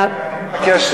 רגע,